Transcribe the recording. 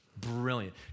Brilliant